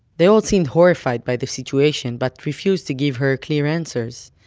they all seemed horrified by the situation, but refused to give her clear answers.